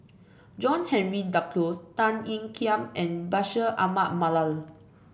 John Henry Duclos Tan Ean Kiam and Bashir Ahmad Mallal